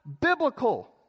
biblical